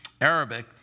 Arabic